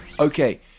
Okay